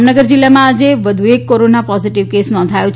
જામનગર જિલ્લામાં આજે વધુ એક કોરોના પોઝીટીવ કેસ નોંધાયો છે